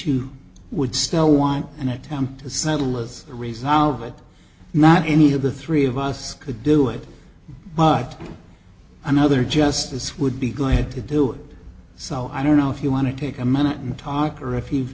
you would still want an attempt to settle us resolve it not any of the three of us could do it but another justice would be glad to do so i don't know if you want to take a minute and talk or if you've